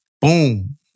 boom